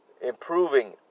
improving